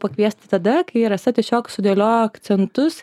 pakviesti tada kai rasa tiesiog sudėliojo akcentus